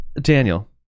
Daniel